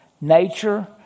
nature